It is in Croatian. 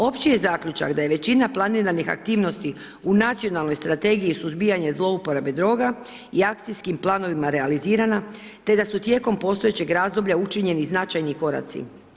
Opći je zaključak da je većina planiranih aktivnosti u Nacionalnoj strategiji suzbijanja zlouporabe droga i akcijskim planovima realizirana te da su tijekom postojećeg razdoblja učinjeni značajni koraci.